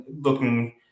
looking